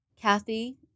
Kathy